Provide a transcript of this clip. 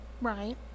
Right